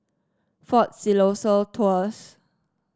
Fort Siloso Tours